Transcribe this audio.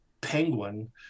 penguin